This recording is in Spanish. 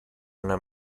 una